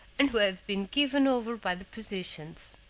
and who had been given over by the physicians.